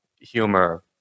humor